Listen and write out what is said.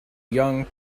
young